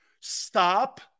Stop